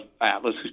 Atlas